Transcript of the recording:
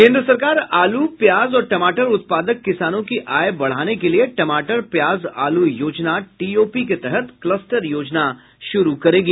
केन्द्र सरकार आलू प्याज और टमाटर उत्पादक किसानों की आय बढ़ाने के लिए टमाटर प्याज आलू योजना टीओपी के तहत क्लस्टर योजना शुरू करेगी